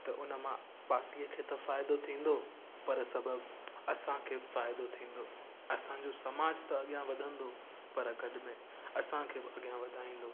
त उन मां बाक़ीअ खे त फ़ाइदो थींदो पर सभु असांखे बि फ़ाइदो थींदो असांजो समाज त अॻियां वधंदो पर गॾ में असांखे बि अॻियां वधाईंदो